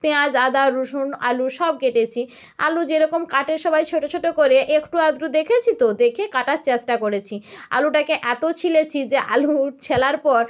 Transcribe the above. পেঁয়াজ আদা রসুন আলু সব কেটেছি আলু যেরকম কাটে সবাই ছোটো ছোটো করে একটু আধটু দেখেছি তো দেখে কাটার চেষ্টা করেছি আলুটাকে এত ছুলেছি যে আলু ছোলার পর